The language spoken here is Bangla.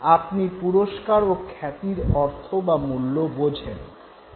আপনি পুরস্কার ও খ্যাতির অর্থ বা মূল্য বোঝেন